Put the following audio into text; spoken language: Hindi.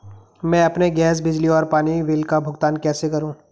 मैं अपने गैस, बिजली और पानी बिल का भुगतान कैसे करूँ?